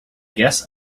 guess